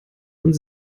und